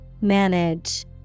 Manage